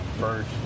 first